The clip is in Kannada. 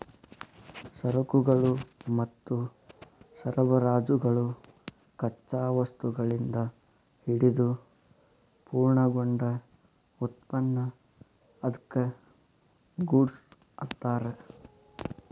ಸರಕುಗಳು ಮತ್ತು ಸರಬರಾಜುಗಳು ಕಚ್ಚಾ ವಸ್ತುಗಳಿಂದ ಹಿಡಿದು ಪೂರ್ಣಗೊಂಡ ಉತ್ಪನ್ನ ಅದ್ಕ್ಕ ಗೂಡ್ಸ್ ಅನ್ತಾರ